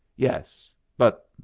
yes! but,